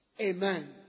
Amen